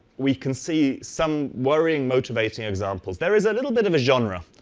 we can see some worrying motivating examples. there is a little bit of a genre,